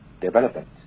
development